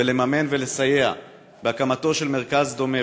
ולממן ולסייע בהקמתו של מרכז דומה,